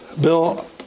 Bill